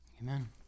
Amen